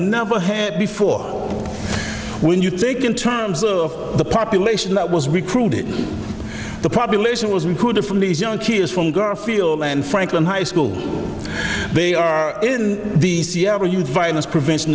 never had before when you think in terms of the population that was recruited the population was recruited from these young kids from girl field and franklin high school they are in the c r youth violence prevention